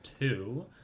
two